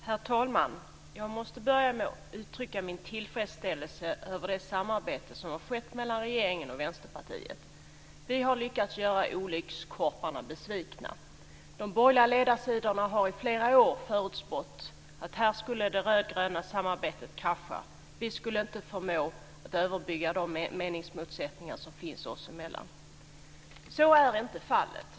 Herr talman! Jag måste börja med att uttrycka min tillfredsställelse över det samarbete som har skett mellan regeringen och Vänsterpartiet. Vi har lyckats göra olyckskorparna besvikna. På de borgerliga ledarsidorna har det i flera år förutspåtts att här skulle det röd-gröna samarbetet krascha - vi skulle inte förmå överbrygga de meningsmotsättningar som finns oss emellan. Så är inte fallet!